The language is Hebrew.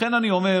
לכן אני אומר,